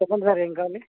చెప్పండి సార్ ఏమి కావాలి